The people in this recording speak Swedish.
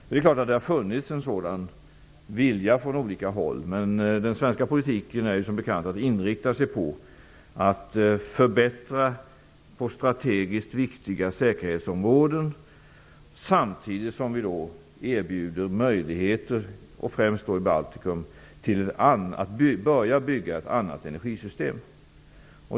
Det har funnits en vilja på olika håll, men den svenska politiken är som bekant inriktad på att förbättra på strategiskt viktiga säkerhetsområden, samtidigt som vi erbjuder möjligheter, främst i Baltikum, att börja bygga ett annat energisystem.